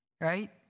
right